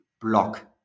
block